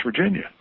Virginia